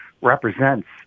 represents